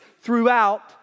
throughout